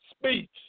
speech